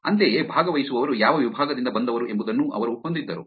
ಅಂತೆಯೇ ಭಾಗವಹಿಸುವವರು ಯಾವ ವಿಭಾಗದಿಂದ ಬಂದವರು ಎಂಬುದನ್ನೂ ಅವರು ಹೊಂದಿದ್ದರು